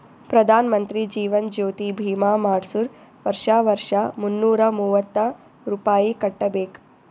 ಪ್ರಧಾನ್ ಮಂತ್ರಿ ಜೀವನ್ ಜ್ಯೋತಿ ಭೀಮಾ ಮಾಡ್ಸುರ್ ವರ್ಷಾ ವರ್ಷಾ ಮುನ್ನೂರ ಮೂವತ್ತ ರುಪಾಯಿ ಕಟ್ಬಬೇಕ್